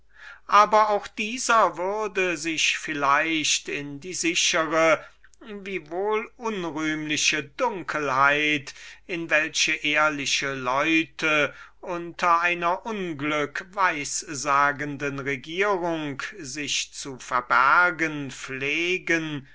und auch dieser würde sich vermutlich in eben diese sichere aber unrühmliche dunkelheit eingehüllet haben worein ehrliche leute unter einer unglückweissagenden regierung sich zu verbergen pflegen